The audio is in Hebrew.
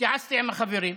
התייעצתי עם החברים,